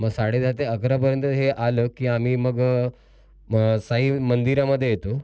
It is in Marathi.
मग साडेदहा ते अकरापर्यंत हे आलं की आम्ही मग साई मंदिरामध्ये येतो